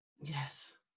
Yes